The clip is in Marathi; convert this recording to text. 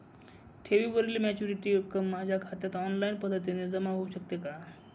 ठेवीवरील मॅच्युरिटीची रक्कम माझ्या खात्यात ऑनलाईन पद्धतीने जमा होऊ शकते का?